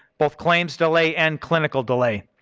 both claims delay and clinical delay.